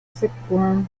silkworm